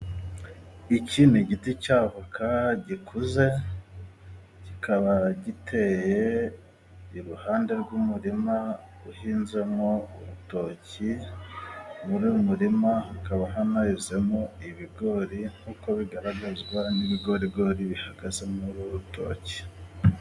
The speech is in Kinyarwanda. Iki ni igiti cya voka gikuze, kikaba giteye iruhande rw'umurima uhinzemo urutoki, muri uyu murima hakaba hanahinzemo ibigori nkuko bigaragazwa n'ibigorigori bihagaze muri uru rutoki.